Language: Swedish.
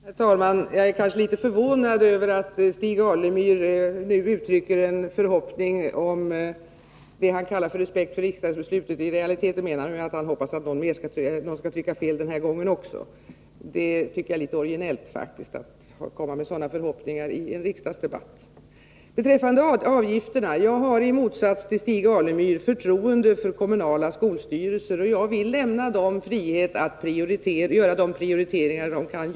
Herr talman! Jag är kanske litet förvånad över att Stig Alemyr nu uttrycker en förhoppning om att riksdagen står fast vid vad han kallar respekt för ett riksdagsbeslut — i realiteten menar han att han hoppas att någon skall trycka fel den här gången också. Jag tycker att det är litet originellt sagt när han kommer med sådana förhoppningar i en riksdagsdebatt. Beträffande avgifterna vill jag säga att jag i motsats till Stig Alemyr har förtroende för kommunala skolstyrelser och vill lämna dem frihet att göra de Prioriteringar de vill.